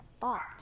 thought